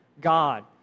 God